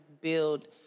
build